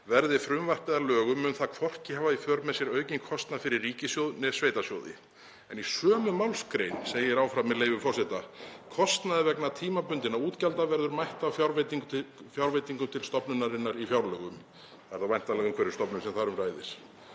„Verði frumvarpið að lögum mun það hvorki hafa í för með sér aukinn kostnað fyrir ríkissjóð né sveitarsjóði.“ En í sömu málsgrein segir áfram, með leyfi forseta: „Kostnaði vegna tímabundinna útgjalda verður mætt af fjárveitingum til stofnunarinnar í fjárlögum …“ Það er þá væntanlega Umhverfisstofnun sem þar um ræðir.